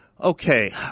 Okay